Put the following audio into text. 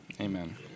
Amen